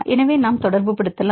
எனவே நாம் தொடர்புபடுத்தலாம்